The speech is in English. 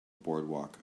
boardwalk